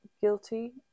guilty